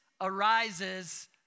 arises